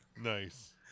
nice